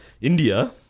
India